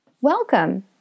Welcome